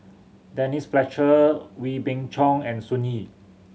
Denise Fletcher Wee Beng Chong and Sun Yee